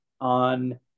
on